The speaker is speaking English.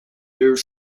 you’re